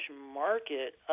market